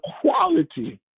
quality